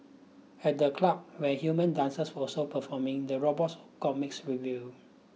at the club where human dancers also performing the robots got mixed reviews